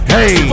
Hey